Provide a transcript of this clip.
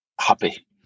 happy